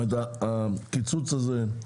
הקיצוץ הזה,